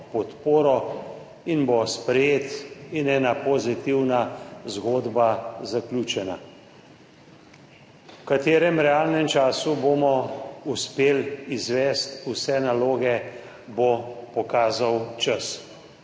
in bo sprejet in ena pozitivna zgodba zaključena. V katerem realnem času bomo uspeli izvesti vse naloge, bo pokazal čas.